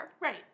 Right